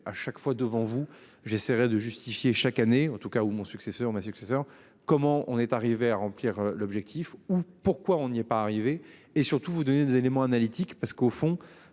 à chaque fois devant vous, j'essayerai de justifier chaque année en tout cas. Où mon successeur ma successeure comment on est arrivé à remplir l'objectif ou pourquoi on lui ait pas arrivé et surtout vous donner des éléments analytique parce qu'au fond